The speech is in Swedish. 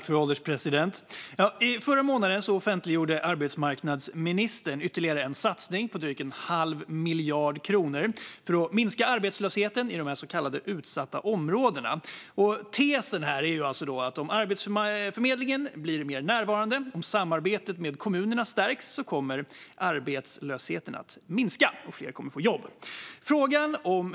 Fru ålderspresident! I förra månaden offentliggjorde arbetsmarknadsministern ytterligare en satsning på drygt en halv miljard kronor för att minska arbetslösheten i de så kallade utsatta områdena. Tesen är alltså att om Arbetsförmedlingen blir mer närvarande och samarbetet med kommunerna stärks kommer fler att få jobb och arbetslösheten att minska.